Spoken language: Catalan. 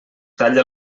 talla